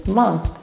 month